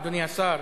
אדוני השר,